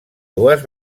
dues